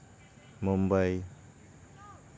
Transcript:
Mumbai